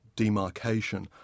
demarcation